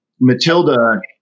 Matilda